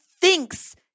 thinks